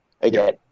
again